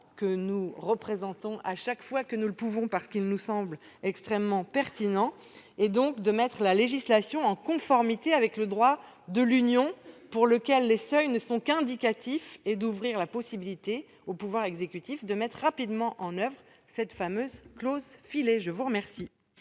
que nous présentons chaque fois que nous le pouvons parce qu'il nous semble extrêmement pertinent, est donc de mettre la législation en conformité avec le droit de l'Union européenne, pour lequel les seuils ne sont qu'indicatifs, et d'ouvrir la possibilité au pouvoir exécutif de mettre en oeuvre rapidement cette fameuse clause-filet. Quel